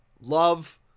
Love